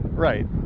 right